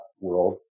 world